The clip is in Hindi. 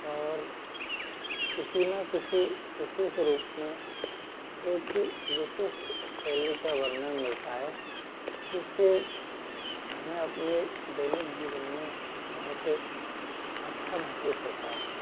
और किसी न किसी विशेष रूप में एक विशिष्ट शैली का वर्णन मिलता है जिससे हमें अपने दैनिक जीवन में बहुत अच्छा महसूस होता है